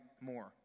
more